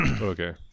Okay